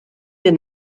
and